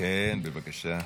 כן, בבקשה.